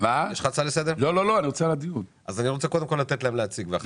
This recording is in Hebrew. אני רוצה קודם כל לתת להם להציג את המצגת.